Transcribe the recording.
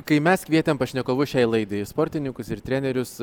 kai mes kvietėm pašnekovus šiai laidai sportininkus ir trenerius